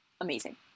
amazing